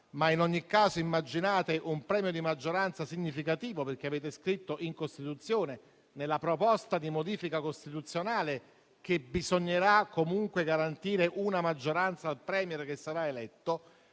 ma in ogni caso immaginate un premio di maggioranza significativo, perché avete scritto nella proposta di modifica costituzionale che bisognerà comunque garantire una maggioranza al *Premier* che sarà eletto